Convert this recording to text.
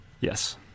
Yes